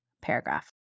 paragraph